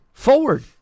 Forward